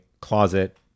closet